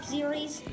Series